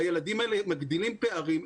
הילדים האלה מגדילים פערים,